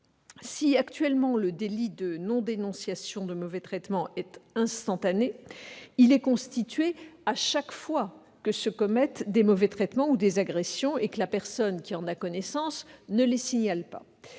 Si, actuellement, le délit de non-dénonciation de mauvais traitements est instantané, il est constitué chaque fois que se commettent des mauvais traitements ou des agressions et que la personne qui en a connaissance ne les signale pas.